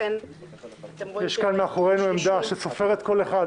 לכן אתם רואים שיש --- יש כאן מאחורינו עמדה שסופרת כל אחד.